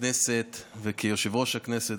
בכנסת וכיושב-ראש הכנסת.